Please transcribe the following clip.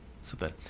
Super